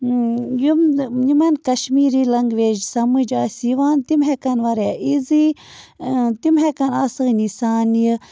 یِم یِمَن کشمیٖری لنٛگویج سَمٕج آسہِ یِوان تِم ہٮ۪کن واریاہ ایٖزی تِم ہٮ۪کن آسٲنۍ سان یہِ